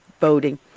voting